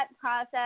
process